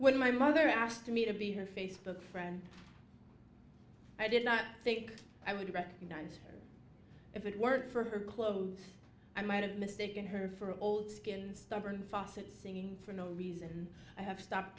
when my mother asked me to be her facebook friend i did not think i would recognize her if it weren't for her clothes i might have mistaken her for old skin and stubborn fosset singing for no reason i have stopped